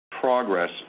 progress